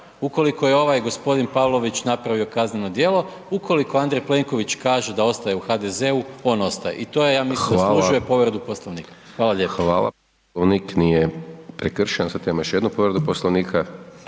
ukoliko je ovaj gospodin Pavlović napravio kazneno djelo, ukoliko Andrej Plenković kaže da ostaje u HDZ-u, on ostaje. I to je ja mislim zaslužuje povredu Poslovnika. Hvala lijepa. **Hajdaš Dončić, Siniša (SDP)** Hvala lijepa, poslovnik